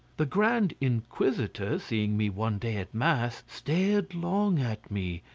the grand inquisitor, seeing me one day at mass, stared long at me,